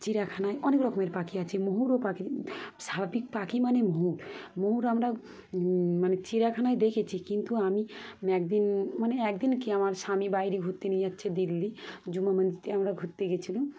চিড়িয়াখানায় অনেক রকমের পাখি আছে ময়ূর পাখি স্বাভাবিক পাখি মানে ময়ূর আমরা মানে চিড়িয়াখানায় দেখেছি কিন্তু আমি একদিন মানে একদিন কি আমার স্বামী বাইরে ঘুরতে নিয়ে যাচ্ছে দিল্লি জুমা মসজিদে আমরা ঘুরতে গিয়েছিলাম